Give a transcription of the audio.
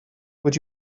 would